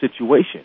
situation